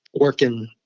working